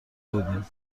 بودیم